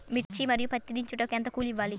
మిర్చి మరియు పత్తి దించుటకు ఎంత కూలి ఇవ్వాలి?